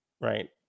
Right